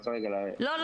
לא.